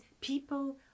people